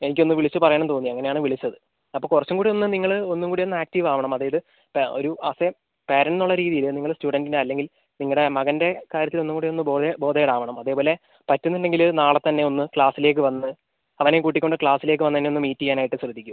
എനിക്ക് ഒന്ന് വിളിച്ച് പറയണം തോന്നി അങ്ങനെ ആണ് വിളിച്ചത് അപ്പം കുറച്ചും കൂടി ഒന്ന് നിങ്ങൾ ഒന്നും കൂടി ഒന്ന് ആക്റ്റീവ് ആകണം അതായത് ഒരു ആസ് എ പാരന്റ് എന്നുള്ള രീതിയിൽ നിങ്ങൾ സ്റ്റുഡൻറ്റിൻ്റെ അല്ലെങ്കിൽ നിങ്ങളുടെ മകൻ്റെ കാര്യത്തിൽ ഒന്നും കൂടി ഒന്ന് ബോതെ ബോതേർഡ് ആവണം അതേപോലെ പറ്റുന്നുണ്ടെങ്കിൽ നാളെത്തന്നെ ഒന്ന് ക്ലാസ്സിലേക്ക് വന്ന് അവനെയും കൂട്ടിക്കൊണ്ട് ക്ലാസ്സിലേക്ക് വന്ന് എന്നെ ഒന്ന് മീറ്റ് ചെയ്യാനായിട്ട് ശ്രദ്ധിക്കുക